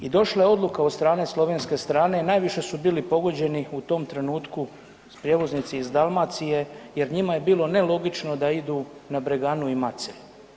I došla je odluka od strane slovenske strane najviše su bili pogođeni u tom trenutku prijevoznici iz Dalmacije jer njima je bilo nelogično da idu na Breganu i Macelj.